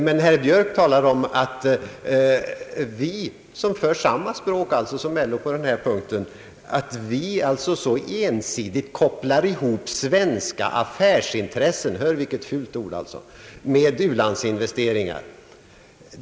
Men enligt herr Björk kopplar vi, som ju för samma språk som LO på den här punkten, ensidigt ihop svenska affärsintressen — hör vilket fult ord alltså! — med u-landsinvesteringar.